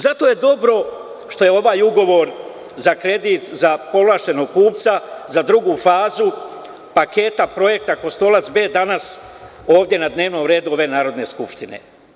Zato je dobro što je ovaj ugovor za kredit za povlašćenog kupca za II fazu paketa projekta „Kostolac B“ danas na dnevnom redu ove Narodne skupštine.